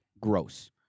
gross